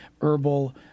herbal